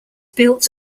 built